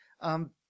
um-